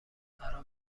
فرا